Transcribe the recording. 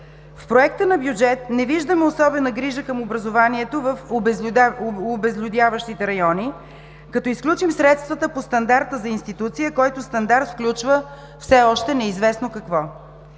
В Проекта на бюджет не виждаме особена грижа към образованието в обезлюдяващите райони, като изключим средствата по стандарта за институция, който стандарт включва все още неизвестно какво.